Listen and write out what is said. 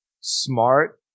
smart